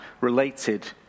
related